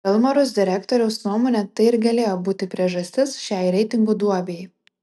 vilmorus direktoriaus nuomone tai ir galėjo būti priežastis šiai reitingų duobei